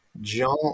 Jean